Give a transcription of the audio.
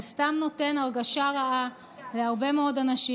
זה סתם נותן הרגשה רעה להרבה מאוד אנשים.